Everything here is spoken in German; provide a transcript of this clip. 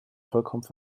vollkommen